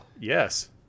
yes